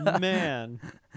Man